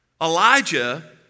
Elijah